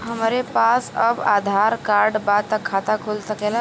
हमरे पास बस आधार कार्ड बा त खाता खुल सकेला?